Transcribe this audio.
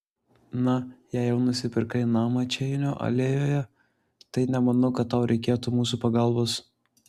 na jei jau nusipirkai namą čeinio alėjoje tai nemanau kad tau reikėtų mūsų pagalbos